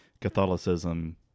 Catholicism